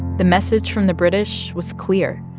the message from the british was clear.